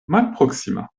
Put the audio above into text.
malproksima